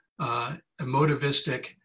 emotivistic